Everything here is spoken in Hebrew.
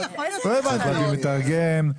לתרגם,